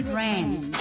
rand